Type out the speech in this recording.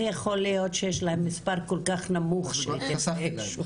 יכול להיות שיש להם מספר כל כך נמוך של כתבי אישום.